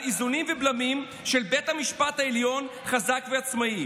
על איזונים ובלמים של בית משפט עליון חזק ועצמאי.